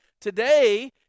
Today